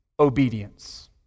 obedience